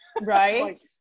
Right